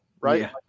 right